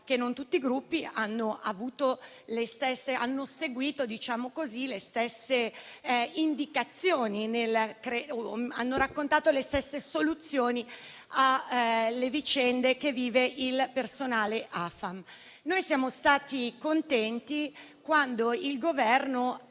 che non tutti i Gruppi hanno seguito le stesse indicazioni, né hanno raccontato le stesse soluzioni delle vicende che vive il personale Afam. Noi siamo stati contenti, quando il Governo